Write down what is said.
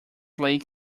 lake